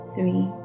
Three